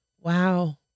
wow